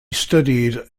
studied